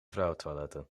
vrouwentoiletten